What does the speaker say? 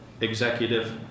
Executive